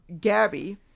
Gabby